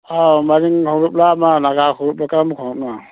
ꯑꯧ ꯃꯔꯤꯡ ꯑꯃ ꯅꯥꯒꯥ ꯈꯣꯡꯎꯞꯂ ꯀꯔꯝꯕ ꯈꯣꯡꯎꯞꯅꯣ